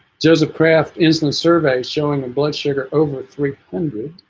joseph kraft is the survey showing a blood sugar over three hundred